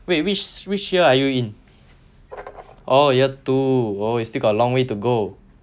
wait which which year are you in oh year two oh you still got a long way to go